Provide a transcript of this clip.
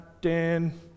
Dan